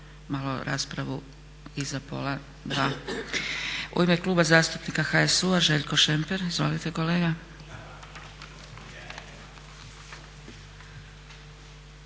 malo raspravu iza 13,30. U ime Kluba zastupnika HSU-a Željko Šemper. Izvolite kolega.